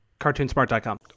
Cartoonsmart.com